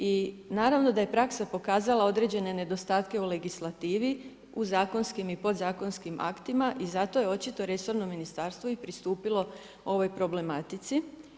I naravno da je praksa pokazala određene nedostatke u legislativi u zakonskim i podzakonskim aktima i zato je očito i resorno ministarstvo i pristupilo ovoj problematici.